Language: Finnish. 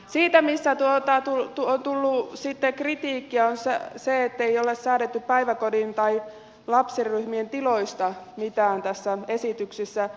se mistä on tullut sitten kritiikkiä on se ettei ole säädetty päiväkodin tai lapsiryhmien tiloista mitään tässä esityksessä